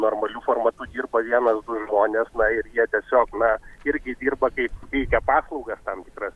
normaliu formatu dirba vienas du žmonės ir jie tiesiog na irgi dirba kaip teikia paslaugas tam tikras